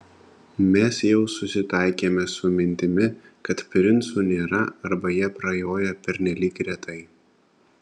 mes jau susitaikėme su mintimi kad princų nėra arba jie prajoja pernelyg retai